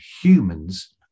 humans